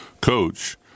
coach